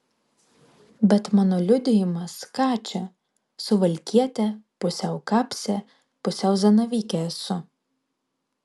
bet mano liudijimas ką čia suvalkietė pusiau kapsė pusiau zanavykė esu